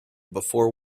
before